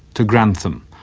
to grantham,